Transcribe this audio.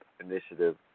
Initiative